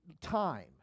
Time